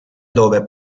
dove